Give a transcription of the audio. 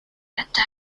ataque